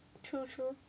true true